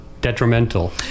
detrimental